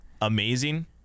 amazing